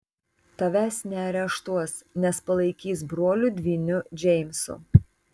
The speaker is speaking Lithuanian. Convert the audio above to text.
tavęs neareštuos nes palaikys broliu dvyniu džeimsu